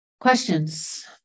Questions